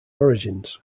origins